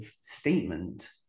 statement